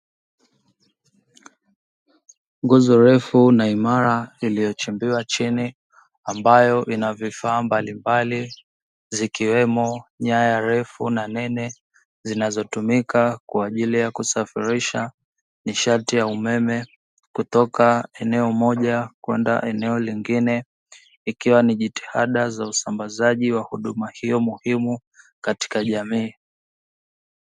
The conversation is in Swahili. Nguzo ndefu na imara iliyochimbiwa chini ambayo ina vifaa mbalimbali zikiwemo nyaya refu na nene zinazotumika kwa ajili ya kusafirisha nishati ya umeme kutoka eneo moja kwenda eneo lingine, ikiwa ni jitihada za usambazaji wa huduma hiyo muhimu katika jamii.